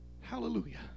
hallelujah